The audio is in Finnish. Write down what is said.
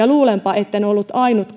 luulenpa etten ollut ainut